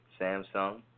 Samsung